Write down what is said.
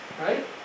Right